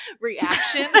reaction